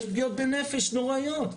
יש פגיעות בנפש נוראיות.